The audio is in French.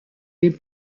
les